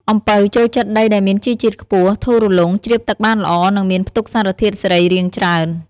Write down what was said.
អំពៅចូលចិត្តដីដែលមានជីជាតិខ្ពស់ ធូររលុង ជ្រាបទឹកបានល្អ និងមានផ្ទុកសារធាតុសរីរាង្គច្រើន។